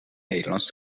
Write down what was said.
nederlands